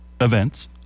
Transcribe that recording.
Events